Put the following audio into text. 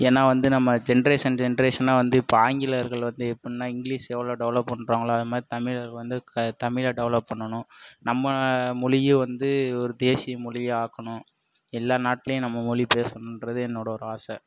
ஏன்னால் வந்து நம்ம ஜென்ட்ரேஷன் ஜென்ட்ரேஷனால் வந்து இப்போ ஆங்கிலேயர்கள் வந்து எப்பட்னா இங்கிலீஷ் எவ்வளோ டெவலப் பண்ணுறாங்களோ அது மாதிரி தமிழர் வந்து க தமிழ டெவலப் பண்ணணும் நம்ம மொழியை வந்து ஒரு தேசிய மொழியாக ஆக்கணும் எல்லா நாட்டிலையும் நம்ம மொழி பேசணுகிறது என்னோட ஒரு ஆசை